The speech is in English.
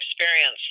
experience